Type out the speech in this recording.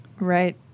Right